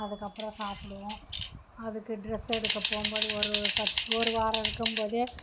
அதுக்கப்புறம் சாப்பிடுவோம் அதுக்கு ட்ரெஸ் எடுக்கப் போகும்போது ஒரு பத் ஒரு வாரம் இருக்கும்போதே